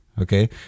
okay